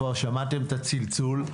כבר שמעתם את הצלצול.